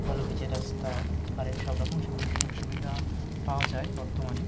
ভালো পিচের রাস্তা কারেন্ট সব রকম সুবি সুযোগ সুবিধা পাওয়া যায় বর্তমানে